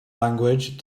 language